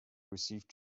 received